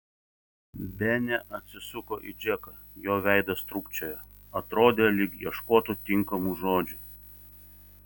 benė atsisuko į džeką jo veidas trūkčiojo atrodė lyg ieškotų tinkamų žodžių